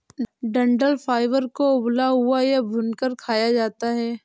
डंठल फाइबर को उबला हुआ या भूनकर खाया जाता है